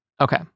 Okay